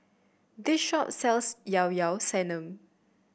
this shop sells Llao Llao Sanum